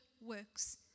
works